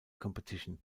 competition